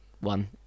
one